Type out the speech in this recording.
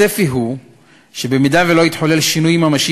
הצפי הוא שאם לא יתחולל שינוי ממשי